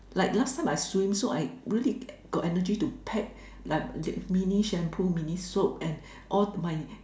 like last time I swim so I really got energy to pack like mini shampoo mini soap and all my